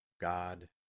God